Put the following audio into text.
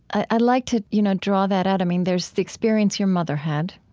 i'd like to you know draw that out. i mean, there's the experience your mother had,